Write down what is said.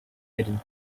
heading